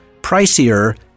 pricier